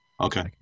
okay